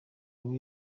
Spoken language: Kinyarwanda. ngo